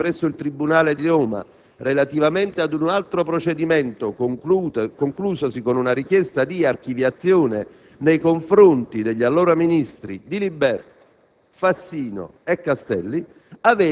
lo stesso Collegio per i reati ministeriali presso il tribunale di Roma relativamente ad un altro procedimento, conclusosi con una richiesta di archiviazione nei confronti degli allora ministri della